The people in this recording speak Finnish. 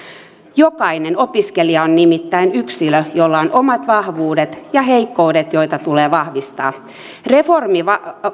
jokainen opiskelija on nimittäin yksilö jolla on omat vahvuudet ja heikkoudet ja jota tulee vahvistaa reformi